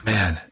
Man